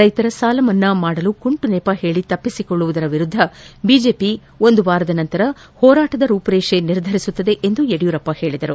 ರೈತರ ಸಾಲಮನ್ನಾ ಮಾಡಲು ಕುಂಟು ನೆಪ ಹೇಳಿ ತಪ್ಪಿಸಿಕೊಳ್ಳುವುದರ ಎರುದ್ದ ಬಿಜೆಪಿ ಒಂದು ವಾರದ ನಂತರ ಹೋರಾಟದ ರೂಪುರೇಷೆ ನಿರ್ಧರಿಸುತ್ತದೆ ಎಂದು ಯಡಿಯೂರಪ್ಪ ಹೇಳಿದರು